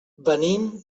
venim